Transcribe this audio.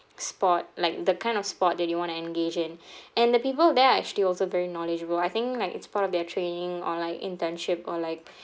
sport like the kind of sport that you want to engage in and the people there actually also very knowledgeable I think like it's part of their training or like internship or like